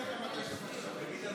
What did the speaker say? ההסתייגות (2) של קבוצת סיעת ישראל ביתנו